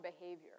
behavior